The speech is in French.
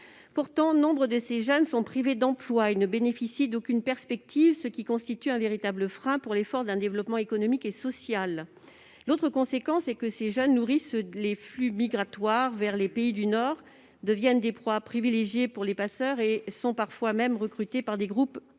Pourtant, nombre de ces jeunes sont privés d'emploi et ne bénéficient d'aucune perspective, ce qui constitue un véritable frein pour l'effort d'un développement économique et social. L'autre conséquence est que ces jeunes nourrissent les flux migratoires vers les pays du Nord, deviennent des proies privilégiées pour les passeurs et sont parfois même recrutés par des groupuscules